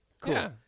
Cool